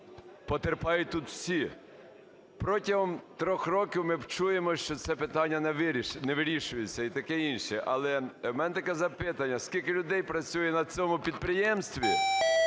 потерпають тут всі. Протягом трьох років ми чуємо, що це питання не вирішується і таке інше. Але у мене таке запитання: скільки людей працює на цьому підприємстві?